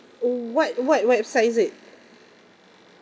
what what website is it